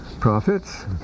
Prophets